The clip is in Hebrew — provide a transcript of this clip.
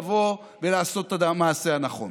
לבוא ולעשות את המעשה הנכון.